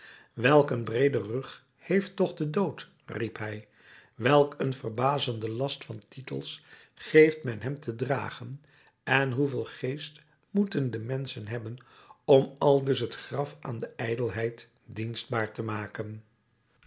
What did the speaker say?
een breeden rug heeft toch de dood riep hij welk een verbazenden last van titels geeft men hem te dragen en hoeveel geest moeten de menschen hebben om aldus het graf aan de ijdelheid dienstbaar te maken